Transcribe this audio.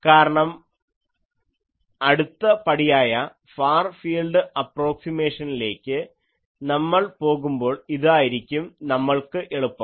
കാരണം അടുത്ത പടിയായ ഫാർ ഫീൽഡ് അപ്രോക്സിമേഷനിലേക്ക് നമ്മൾ പോകുമ്പോൾ ഇതായിരിക്കും നമ്മൾക്ക് എളുപ്പം